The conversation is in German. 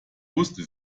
wusste